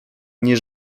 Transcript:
nie